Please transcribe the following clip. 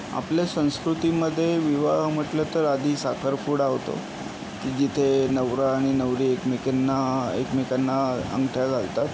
आपल्या संस्कृतीमध्ये विवाह म्हटलं तर आधी साखरपुडा होतो ती जिथे नवरा आणि नवरी एकमेकींना एकमेकांना अंगठ्या घालतात